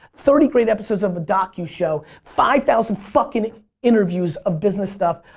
thirty great episodes of a docu show, five thousand fucking interview of business stuff,